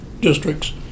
districts